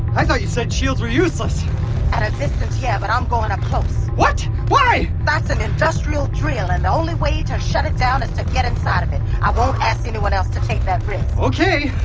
i thought you said shields were useless at a distance, yeah, but i'm going up close what? why? that's an industrial drill and the only way to shut it down is to get and inside of it. i won't ask anyone else to take that risk okay.